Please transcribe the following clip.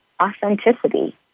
authenticity